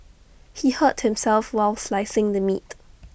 he hurt himself while slicing the meat